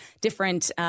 different